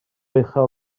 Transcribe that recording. uchel